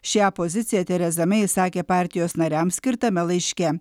šią poziciją tereza mei išsakė partijos nariams skirtame laiške